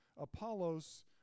Apollos